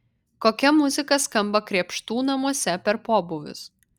kokia muzika skamba krėpštų namuose per pobūvius